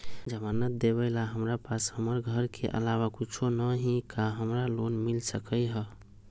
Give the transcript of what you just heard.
जमानत देवेला हमरा पास हमर घर के अलावा कुछो न ही का हमरा लोन मिल सकई ह?